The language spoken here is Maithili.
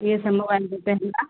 ई सभ मोबाइल मिलतय हमरा